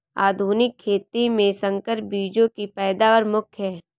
आधुनिक खेती में संकर बीजों की पैदावार मुख्य हैं